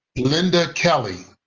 linda kelley?